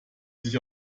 sich